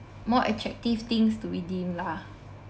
more attractive things to redeem lah